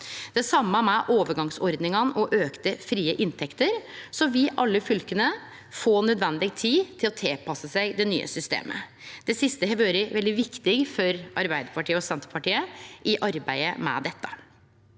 Det same gjeld overgangsordningane og auka frie inntekter. Alle fylka vil få nødvendig tid til å tilpasse seg det nye systemet. Det siste har vore veldig viktig for Arbeidarpartiet og Senterpartiet i arbeidet med dette.